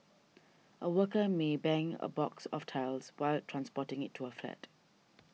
a worker may bang a box of tiles while transporting it to a flat